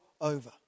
over